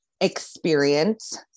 experience